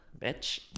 bitch